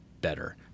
better